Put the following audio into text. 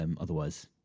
otherwise